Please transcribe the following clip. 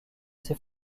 ses